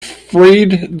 freed